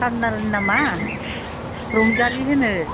पारलारनि नामा रंजालि होनो